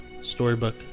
Storybook